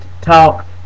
talk